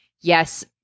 yes